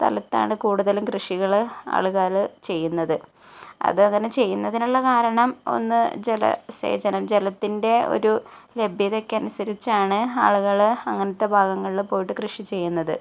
സ്ഥലത്താണ് കുടുതലും കൃഷികള് ആൾക്കാര് ചെയ്യുന്നത് അത് അങ്ങനെ ചെയ്യുന്നതിനുള്ള കാരണം ഒന്ന് ജല സേചനം ജലത്തിൻ്റെ ഒരു ലഭ്യതക്കനുസരിച്ചാണ് ആളുകൾ അങ്ങനത്തെ ഭാഗങ്ങളിൽ പോയിട്ട് കൃഷി ചെയ്യുന്നത്